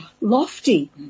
lofty